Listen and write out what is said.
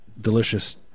delicious